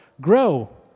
grow